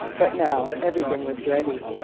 but now everything was ready.